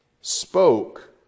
spoke